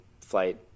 flight